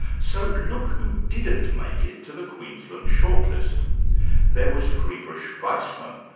so look who didn't make it to the queensland shortlist there was freiderich waismann,